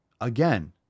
Again